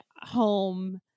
home